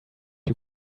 you